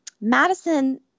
Madison